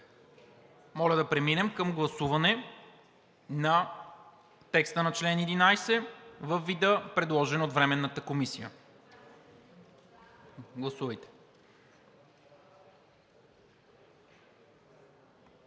Моля да преминем към гласуване на текста на чл. 11 във вида, предложен от Временната комисия. Гласували